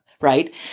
Right